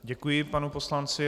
Děkuji panu poslanci.